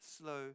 slow